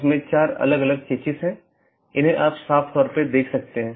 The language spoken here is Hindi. यह चीजों की जोड़ता है